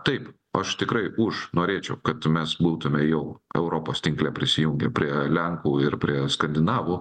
taip aš tikrai už norėčiau kad mes būtume jau europos tinkle prisijungę prie lenkų ir prie skandinavų